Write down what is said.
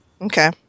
Okay